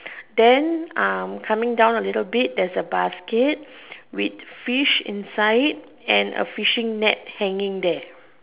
then coming down a little bit there is a basket with fish inside and a fishing net hanging there